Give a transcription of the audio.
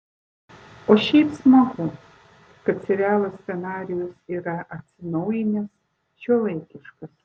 o šiaip smagu kad serialo scenarijus yra atsinaujinęs šiuolaikiškas